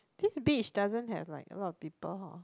this beach doesn't have right a lot of people hor